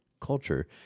culture